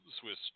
Swiss